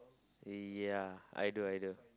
ya I do I do